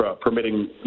permitting